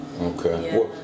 okay